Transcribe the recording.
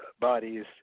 bodies